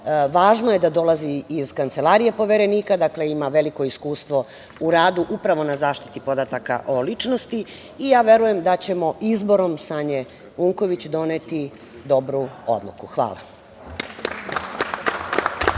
Važno je da dolazi iz Kancelarije Poverenika, dakle ima veliko iskustvo u radu upravo na zaštiti podataka o ličnosti. Verujem da ćemo izborom Sanje Unković doneti dobru odluku. Hvala.